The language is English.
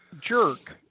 jerk